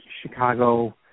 Chicago